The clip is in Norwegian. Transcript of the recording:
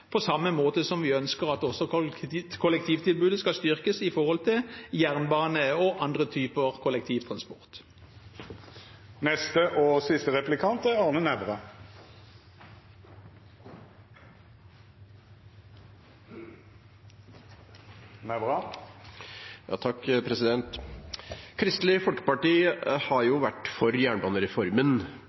på samme måte som vi også ønsker at kollektivtilbudet skal styrkes når det gjelder jernbane og andre typer kollektivtransport. Kristelig Folkeparti har vært for jernbanereformen